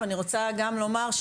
ואני רוצה גם לומר,